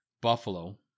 Buffalo